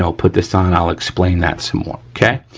so put this on i'll explain that some more, okay.